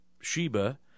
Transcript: Sheba